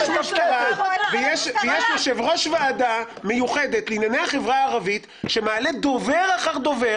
ויש יושב-ראש ועדה מיוחדת לענייני החברה הערבית שמעלה דובר אחר דובר,